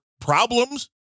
problems